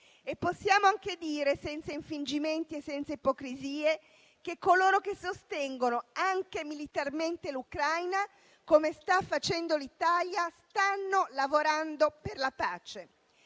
Possiamo anche dire, senza infingimenti e senza ipocrisie, che coloro che sostengono anche militarmente l'Ucraina, come sta facendo l'Italia, stanno lavorando per la pace.